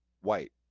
white